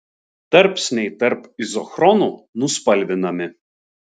tarpsniai tarp izochronų nuspalvinami